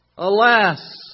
Alas